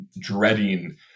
dreading